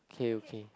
okay okay